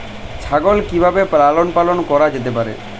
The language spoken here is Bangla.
ছাগল কি ভাবে লালন পালন করা যেতে পারে?